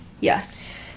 yes